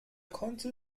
konnte